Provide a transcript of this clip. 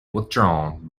withdrawn